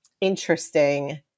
interesting